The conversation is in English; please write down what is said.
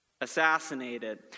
assassinated